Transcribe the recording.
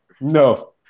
No